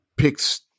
Picks